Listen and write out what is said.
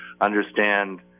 understand